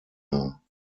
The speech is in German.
dar